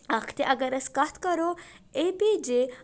اکھ تہِ اگر أسۍ کتھ کرو اے پی جے عبدل